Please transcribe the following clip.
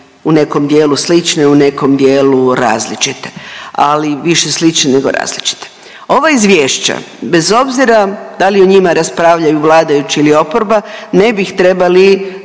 u nekom dijelu slične u nekom dijelu različite, ali više slične nego različite. Ova izvješća bez obzira da li o njima raspravljaju vladajući ili oporba ne bi ih trebali